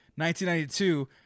1992